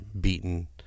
beaten